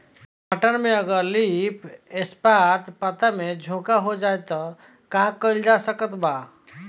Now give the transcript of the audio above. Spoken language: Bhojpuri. टमाटर में अगर लीफ स्पॉट पता में झोंका हो जाएँ त का कइल जा सकत बा?